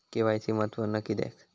KYC महत्त्वपुर्ण किद्याक?